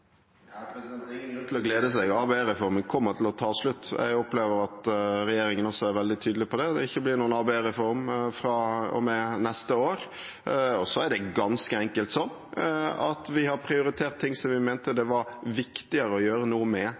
Det er ingen grunn til å glede seg. ABE-reformen kommer til å ta slutt. Jeg opplever at regjeringen også er veldig tydelig på at det ikke blir noen ABE-reform fra og med neste år. Så er det ganske enkelt sånn at vi har prioritert ting vi mente det var viktigere å gjøre noe med